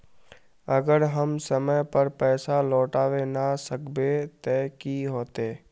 अगर हम समय पर पैसा लौटावे ना सकबे ते की होते?